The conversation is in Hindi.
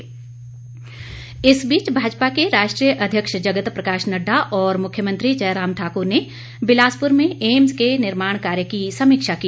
एम्स निरीक्षण इस बीच भाजपा के राष्ट्रीय अध्यक्ष जगत प्रकाश नड्डा और मुख्यमंत्री जयराम ठाकुर ने बिलासपुर में एम्स के निर्माण कार्य की समीक्षा की